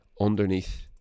underneath